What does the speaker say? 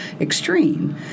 extreme